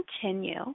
continue